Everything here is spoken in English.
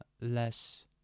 less